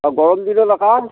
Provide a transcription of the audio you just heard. অঁ গৰম দিনত একা